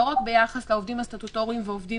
לא רק ביחס לעובדים הסטטוטוריים ועובדים